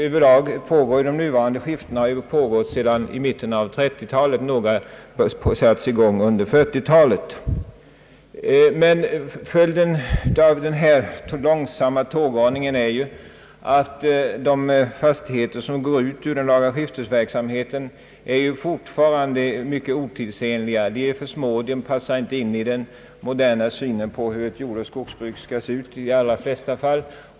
Många av de nuvarande skiftena pågår sedan mitten av 1930 talet, men några har satts i gång under 1940-talet. Följden av denna långsamma tågordning är att de fastigheter som går ut ur lagaskiftesverksamheten fortfarande är mycket otidsenliga. De är för små och passar i de allra flesta fall inte in i den moderna synen på hur ett jordoch skogsbruk skall se ut.